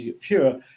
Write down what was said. pure